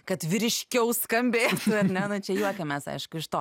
kad vyriškiau skambėt ne na čia juokiamės aišku iš to